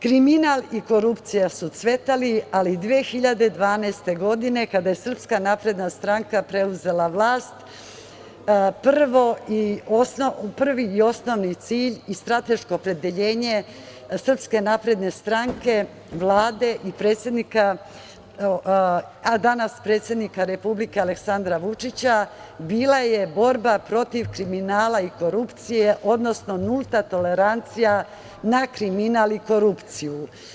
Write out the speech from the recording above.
Kriminal i korupcija su cvetali, ali 2012. godine, kada je SNS preuzela vlast, prvi i osnovni cilj i strateško opredeljenje SNS, Vlade i danas predsednika Republike Aleksandra Vučića bila je borba protiv kriminala i korupcije, odnosno nulta tolerancija na kriminal i korupciju.